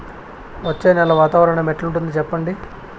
వచ్చే నెల వాతావరణం ఎట్లుంటుంది చెప్పండి?